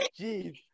Jeez